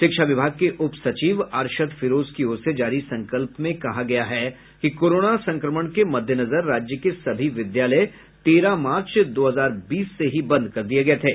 शिक्षा विभाग के उप सचिव अरशद फिरोज की ओर से जारी संकल्प में कहा गया है कि कोरोना संक्रमण के मद्देनजर राज्य के सभी विद्यालय तेरह मार्च दो हजार बीस से ही बंद कर दिये गये थे